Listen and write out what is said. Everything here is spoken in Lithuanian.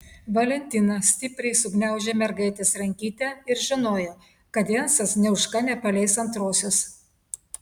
valentina stipriai sugniaužė mergaitės rankytę ir žinojo kad jensas nė už ką nepaleis antrosios